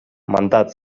мандат